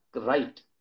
right